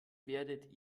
werdet